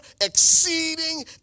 exceeding